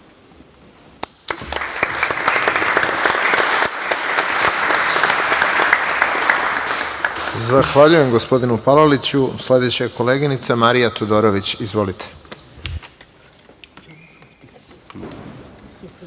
Zahvaljujem, gospodinu Palaliću. Sledeća je koleginica Marija Todorović. Izvolite.